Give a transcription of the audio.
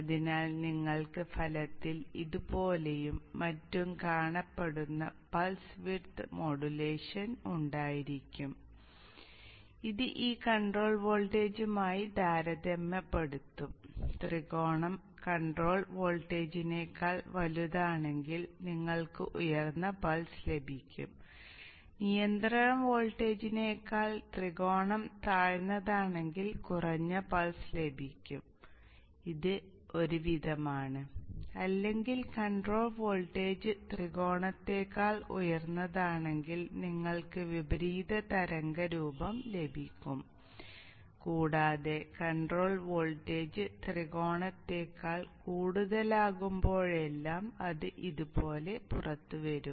അതിനാൽ നിങ്ങൾക്ക് ലഭിക്കും കൂടാതെ കൺട്രോൾ വോൾട്ടേജ് ത്രികോണത്തേക്കാൾ കൂടുതലാകുമ്പോഴെല്ലാം അത് ഇതുപോലെ പുറത്തുവരും